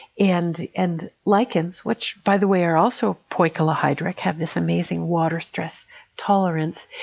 and and lichens which by the way are also poikilohydric have this amazing water stress tolerance.